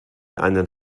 einen